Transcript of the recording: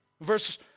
Verse